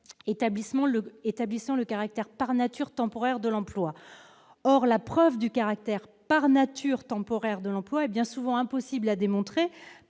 établissant le caractère par nature temporaire de l'emploi, or la preuve du caractère par nature temporaire de l'emploi, et bien souvent impossible à démontrer